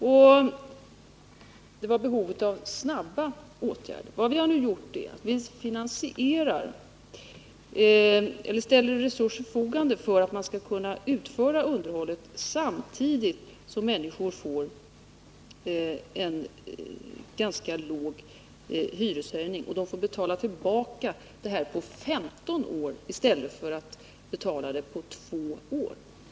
Det var således ett behov av snabba åtgärder, Vad vi nu har gjort är att vi har ställt resurser till förfogande för att underhållet skall kunna utföras, samtidigt som dessa människor, som får en ganska låg hyreshöjning, får betala tillbaka pengarna på 15 år i stället för att behöva betala kostnaderna på två år.